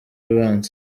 abanza